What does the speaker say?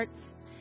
hearts